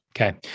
Okay